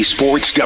Sports